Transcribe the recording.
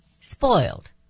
spoiled